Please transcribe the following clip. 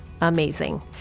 amazing